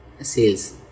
sales